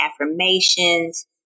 affirmations